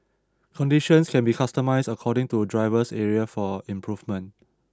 conditions can be customised according to driver's area for improvement